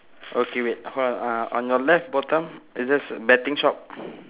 okay wait hold on uh on your left bottom is there betting shop